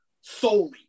solely